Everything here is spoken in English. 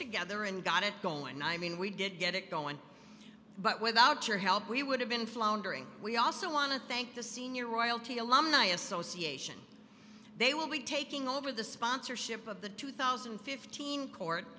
together and got it i mean we did get it going but without your help we would have been floundering we also want to thank the senior royalty alumni association they will be taking over the sponsorship of the two thousand and fifteen co